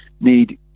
need